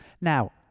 Now